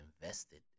invested